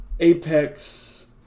Apex